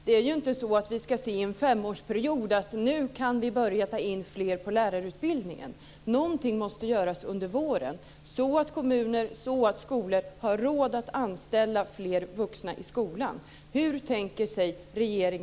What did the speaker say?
Vi ska inte under en femårsperiod se att man kan börja ta in fler på lärarutbildningen.